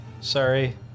Sorry